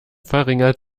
verringert